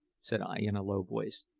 said i in a low voice,